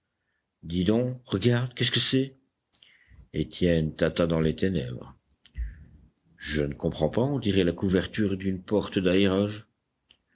dis donc regarde qu'est-ce que c'est étienne tâta dans les ténèbres je ne comprends pas on dirait la couverture d'une porte